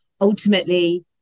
ultimately